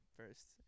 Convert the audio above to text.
first